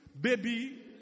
baby